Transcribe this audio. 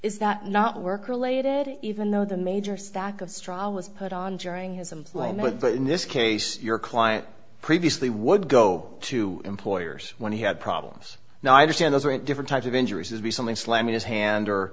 is that not work related even though the major stack of straw was put on during his employment but in this case your client previously would go to employers when he had problems now i understand as are at different types of injuries is be something slamming his hand or